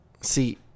See